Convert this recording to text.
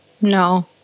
No